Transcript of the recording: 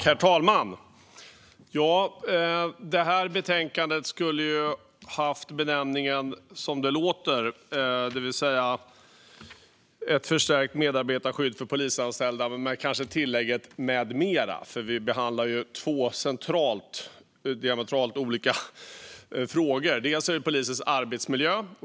Herr talman! Betänkandet skulle ha haft benämningen Ett förstärkt medarbetarskydd för polisanställda men med tillägget med mera. Vi behandlar ju två centrala men diametralt olika frågor. Låt mig börja med polisens arbetsmiljö.